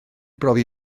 brofi